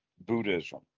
Buddhism